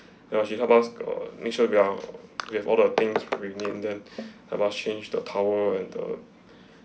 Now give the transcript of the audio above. ya she helped us err make sure we err we have all the things remain then helped us changed the towel and the